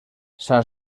san